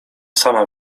sama